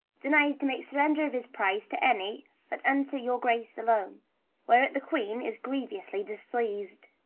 denies to make surrender of his prize to any but unto your grace alone whereat the queen is grievously displeased.